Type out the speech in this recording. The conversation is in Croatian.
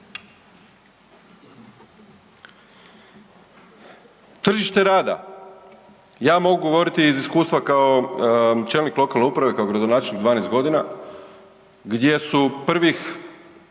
Tržište rada, ja mogu govoriti iz iskustva kao čelnik lokalne uprave, kao gradonačelnik 12 godina, gdje su prvih